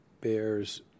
bears